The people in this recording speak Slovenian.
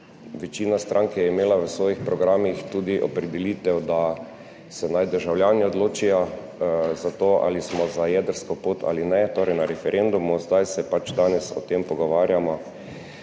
Večina strank je imela v svojih programih namreč tudi opredelitev, da se naj državljani odločijo za to, ali smo za jedrsko pot ali ne, torej na referendumu. Danes se o tem pogovarjamo,